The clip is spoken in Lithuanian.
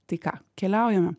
tai ką keliaujame